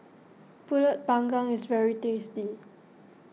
Pulut Panggang is very tasty